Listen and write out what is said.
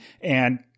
and-